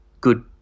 good